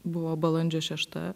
buvo balandžio šešta